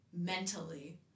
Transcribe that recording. mentally